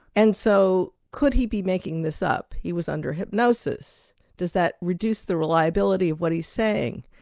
and so could he be making this up? he was under hypnosis does that reduce the reliability of what he's saying?